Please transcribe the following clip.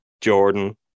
Jordan